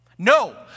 No